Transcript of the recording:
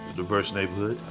diverse neighborhood,